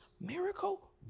miracle